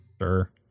Sure